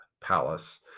palace